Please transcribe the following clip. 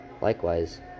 Likewise